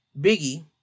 Biggie